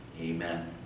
amen